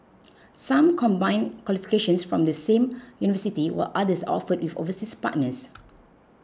some combine qualifications from the same university while others are offered with overseas partners